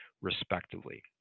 respectively